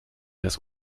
das